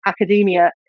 academia